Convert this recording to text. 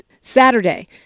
Saturday